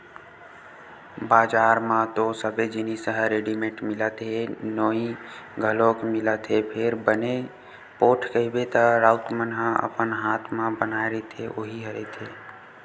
बजार म तो सबे जिनिस ह रेडिमेंट मिलत हे नोई घलोक मिलत हे फेर बने पोठ कहिबे त राउत मन ह अपन हात म बनाए रहिथे उही ह रहिथे